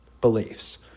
beliefs